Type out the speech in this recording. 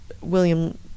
William